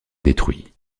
détruit